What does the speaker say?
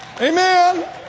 Amen